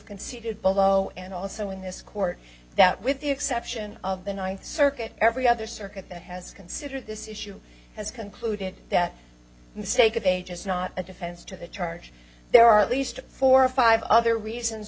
conceded below and also in this court that with the exception of the ninth circuit every other circuit that has considered this issue has concluded that mistake of age is not a defense to the charge there are at least four or five other reasons